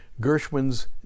Gershwin's